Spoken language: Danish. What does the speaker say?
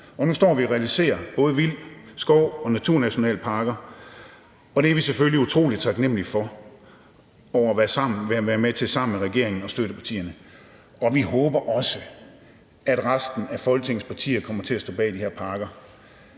nu står vi og realiserer både vild skov og naturnationalparker, og det er vi selvfølgelig utrolig taknemmelige for, altså for at være med til det sammen med regeringen og støttepartierne, og vi håber også, at resten af Folketingets partier kommer til at stå bag de her parker.